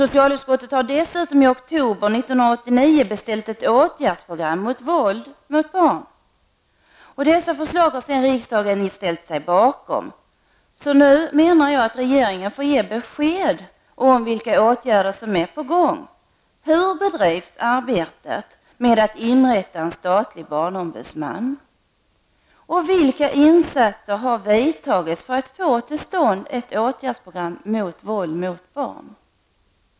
Socialutskottet har dessutom i oktober 1989 beställt ett åtgärdsprogram mot våld mot barn. Dessa förslag har riksdagen sedan ställt sig bakom. Nu menar jag att regeringen får ge besked om vilka åtgärder som är på gång. Hur bedrivs arbetet med att inrätta en statlig barnombudsman? Vilka insatser har gjorts för att få till stånd ett åtgärdsprogram mot våld mot barn?